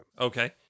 Okay